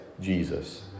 jesus